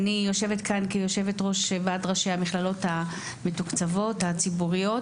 אני יושבת כאן כיושבת ראש ועד ראשי המכללות המתוקצבות הציבוריות,